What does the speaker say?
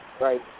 Right